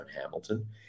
Hamilton